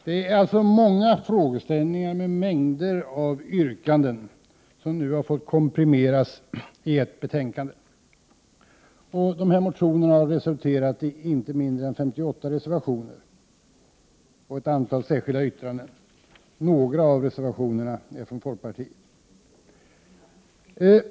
Det är alltså många frågeställningar med mängder av yrkanden som nu har fått komprimeras i detta betänkande. Motionerna har resulterat i inte mindre än 58 reservationer och ett antal särskilda yttranden. Några av reservationerna är från folkpartiet.